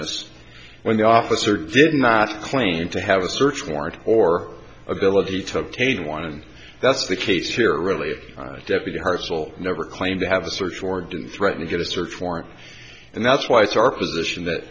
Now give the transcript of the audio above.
nest when the officer did not claim to have a search warrant or ability to obtain one and that's the case here really deputy hartsell never claim to have a search warrant and threaten to get a search warrant and that's why it's our position that